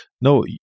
no